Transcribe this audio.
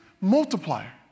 multiplier